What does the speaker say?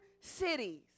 cities